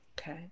Okay